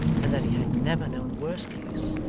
and that he had never known a worse case,